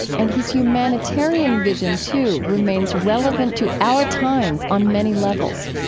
and his humanitarian vision, too, remains relevant to our time on many levels.